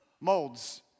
molds